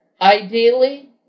Ideally